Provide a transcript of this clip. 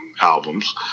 albums